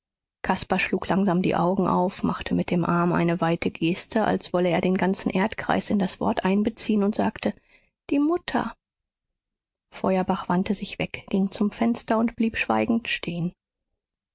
caspar schlug langsam die augen auf machte mit dem arm eine weite geste als wolle er den ganzen erdkreis in das wort einbeziehen und sagte die mutter feuerbach wandte sich weg ging zum fenster und blieb schweigend stehen